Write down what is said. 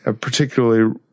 particularly